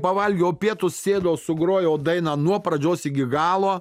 pavalgiau pietus sėdau sugrojau dainą nuo pradžios iki galo